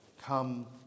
Come